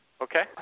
Okay